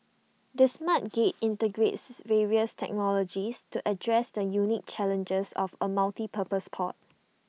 the smart gate integrates various technologies to address the unique challenges of A multipurpose port